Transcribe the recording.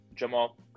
Jamal